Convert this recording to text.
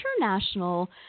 international